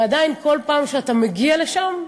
עדיין, בכל פעם שאתה מגיע לשם,